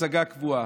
הצגה קבועה.